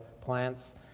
plants